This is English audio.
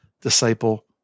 disciple